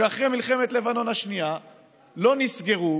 ואחרי מלחמת לבנון השנייה לא נסגרו